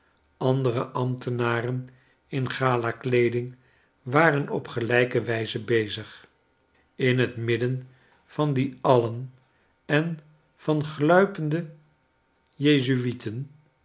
andere ambtenaren in gala kleeding waren op gelijke wijze bezig in het midden van die alien en van gluipende jezuleten